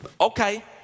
okay